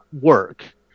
work